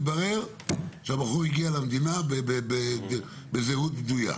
התברר שהבחור הגיע למדינה בזהות בדויה.